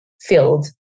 filled